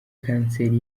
kanseri